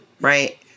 right